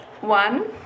one